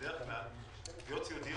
אז גם לא אחרי שלוש שנים.